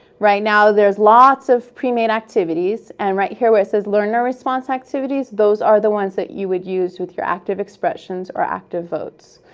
right now there's lots of pre-made activities, and right here where it says learner response activities, those are the ones that you would use with your activexpressions or activvotes.